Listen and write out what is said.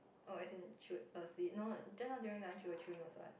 oh as in chew a seed no no just now during lunch you were chewing also what